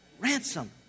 Ransom